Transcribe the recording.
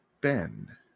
Ben